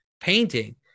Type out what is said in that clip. painting